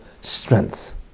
strength